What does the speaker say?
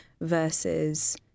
versus